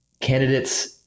candidates